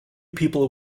people